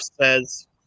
says